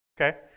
Okay